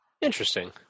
interesting